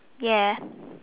ya